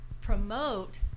promote